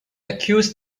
accuse